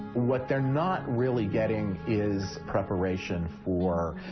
what they're not really getting is preparation for.